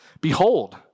Behold